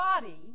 body